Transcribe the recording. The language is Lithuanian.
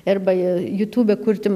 arba jutūbę kurti